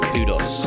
Kudos